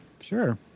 sure